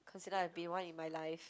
cause you know I've been one in my life